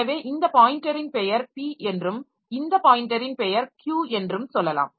எனவே இந்த பாயின்டரின் பெயர் p என்றும் இந்த பாயின்டரின் பெயர் q என்றும் சொல்லலாம்